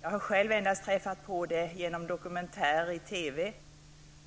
Jag har själv träffat på det bara genom dokumentärer i TV,